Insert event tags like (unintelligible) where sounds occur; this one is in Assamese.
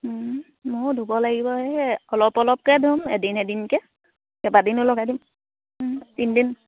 ময়ো ধুব লাগিব এই অলপ অলপকে ধুম এদিন এদিনকে কেইবাদিনো লগাই দিম (unintelligible) তিনিদিন